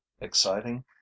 exciting